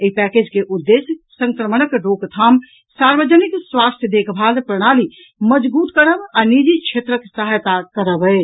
एहि पैकेज के उद्देश्य संक्रमणक रोकथाम सार्वजनिक स्वास्थ्य देखभाल प्रणाली मजगूत करब आ निजी क्षेत्रक सहायता करब अछि